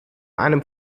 einem